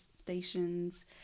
stations